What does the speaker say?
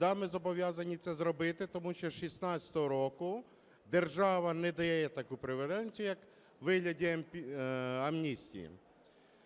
Да, ми зобов'язані це зробити, тому що з 16-го року держава не дає таку преференцію, як у вигляді амністії.